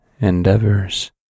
endeavors